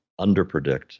underpredict